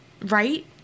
right